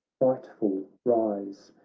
frightful rise,